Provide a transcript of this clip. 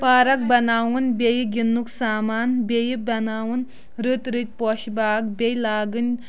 park بناوُن بیٚیہِ گِندنُک سامان بیٚیہِ بناوُن رٔتۍ رٔتۍ پوشہِ باغ بیٚیہِ لاگٕنۍ